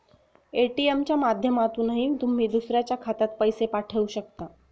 ATM च्या माध्यमातूनही तुम्ही दुसऱ्याच्या खात्यात पैसे पाठवू शकता